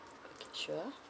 okay sure